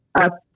up